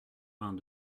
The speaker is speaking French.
vingt